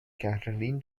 caroline